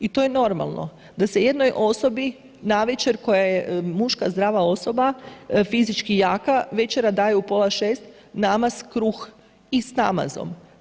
I to je normalno, da se jednoj osobi navečer koja je muška zdrava osoba fizički jaka večera daje u pola 6, namaz, kruh i s namazom.